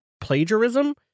plagiarism